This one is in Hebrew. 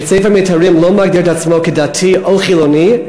בית-הספר "מיתרים" לא מגדיר את עצמו כדתי או חילוני,